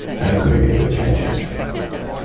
and committing the changes.